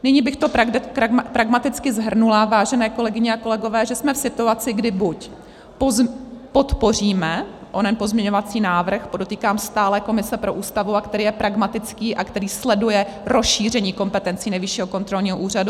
Nyní bych to pragmaticky shrnula, vážené kolegyně a kolegové, že jsme v situaci, kdy buď podpoříme onen pozměňovací návrh podotýkám, stálé komise pro Ústavu, který je pragmatický a který sleduje rozšíření kompetencí Nejvyššího kontrolního úřadu.